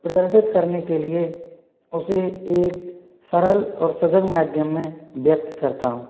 प्रदर्शित करने के लिए उसे एक सरल और सजन माध्यम में व्यक्त करता हूँ